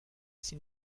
ses